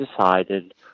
decided